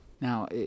Now